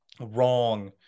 wrong